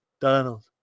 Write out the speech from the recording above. donald